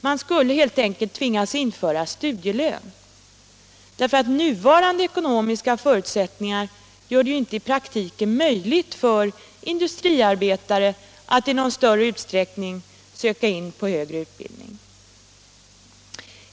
Man skulle helt enkelt tvingas införa studielön. De nuvarande ekonomiska förutsättningarna gör det ju i praktiken omöjligt för industriarbetare att i någon större utsträckning söka sig in på högre utbildning.